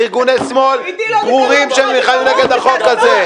ארגוני שמאל ברורים שנלחמים נגד החוק הזה.